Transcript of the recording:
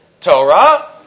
Torah